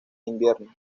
invierno